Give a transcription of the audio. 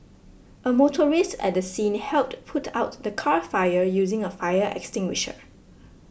a motorist at the scene helped put out the car fire using a fire extinguisher